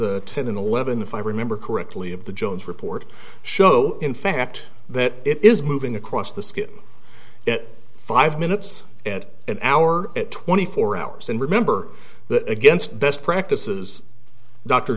pages ten and eleven if i remember correctly of the jones report show in fact that it is moving across the sky at five minutes at an hour at twenty four hours and remember that against best practices dr